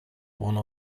one